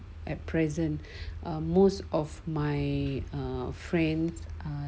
at present ah most of my err friends